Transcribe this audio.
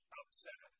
upset